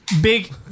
Big